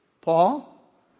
Paul